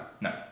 No